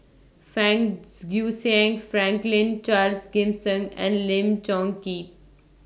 Fang Guixiang Franklin Charles Gimson and Lim Chong Keat